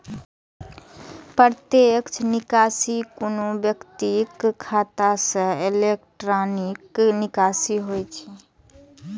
प्रत्यक्ष निकासी कोनो व्यक्तिक खाता सं इलेक्ट्रॉनिक निकासी होइ छै